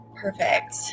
Perfect